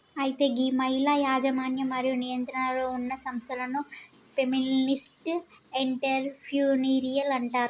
అయితే గీ మహిళల యజమన్యం మరియు నియంత్రణలో ఉన్న సంస్థలను ఫెమినిస్ట్ ఎంటర్ప్రెన్యూరిల్ అంటారు